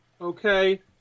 Okay